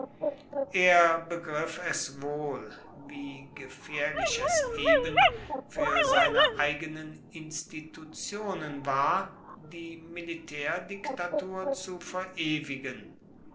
er begriff es wohl wie gefährlich es eben für seine eigenen institutionen war die militärdiktatur zu verewigen